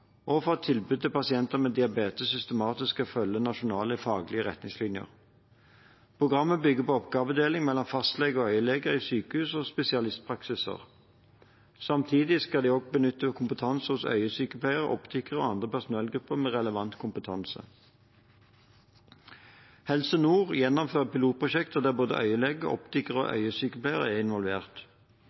og for at tilbudet til pasienter med diabetes systematisk skal følge nasjonale faglige retningslinjer. Programmet bygger på oppgavedeling mellom fastleger og øyeleger i sykehus og spesialistpraksiser. Samtidig skal de også benytte kompetansen hos øyesykepleiere, optikere og andre personellgrupper med relevant kompetanse. Helse Nord gjennomfører pilotprosjekter der både øyeleger, optikere og øyesykepleiere er involvert.